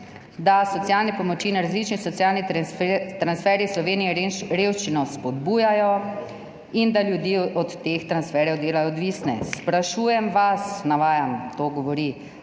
da socialne pomoči in različni socialni transferji v Sloveniji revščino spodbujajo in da ljudi od teh transferjev delajo odvisne. »Sprašujem vas,« navajam, to govori,